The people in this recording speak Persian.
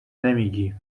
نمیگی